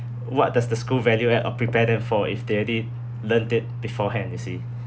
what does the school valued at or prepared them for if they already learnt it beforehand you see